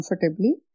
comfortably